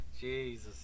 Jesus